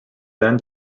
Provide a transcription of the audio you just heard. then